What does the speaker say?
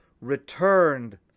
returned